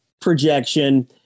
projection